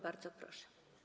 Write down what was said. Bardzo proszę.